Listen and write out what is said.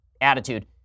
attitude